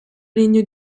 regno